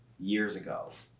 years ago.